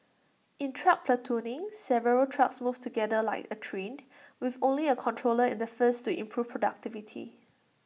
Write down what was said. in truck platooning several trucks move together like A train with only A controller in the first to improve productivity